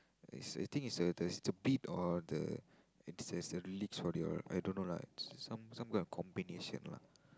uh is I think is the beat or the it says the lyrics for your I don't know lah it's some some kind combination lah